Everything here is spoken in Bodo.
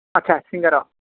आतसा सिंगारा सिंगार